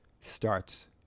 starts